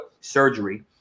surgery